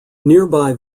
nearby